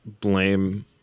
blame